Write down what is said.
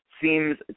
seems